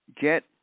get